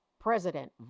President